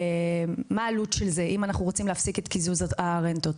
אם אנחנו רוצים להפסיק את קיזוז הרנטות,